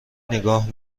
نگاه